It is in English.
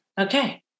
okay